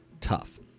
tough